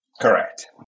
Correct